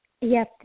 yes